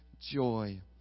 joy